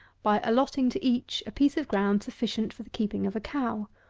by allotting to each a piece of ground sufficient for the keeping of a cow.